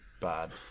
bad